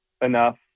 enough